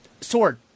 Sword